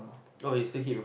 oh you still keep them